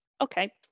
Okay